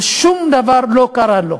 ושום דבר לא קרה לו.